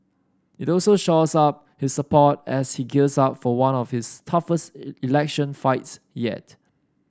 it also shores up his support as he gears up for one of his toughest election fights yet